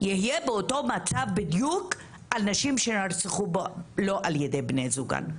יהיה באותו מצב בדיוק על נשים שנרצחו לא על ידי בני זוגן.